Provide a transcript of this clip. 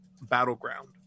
Battleground